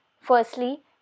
Firstly